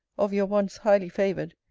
of your once highly-favoured,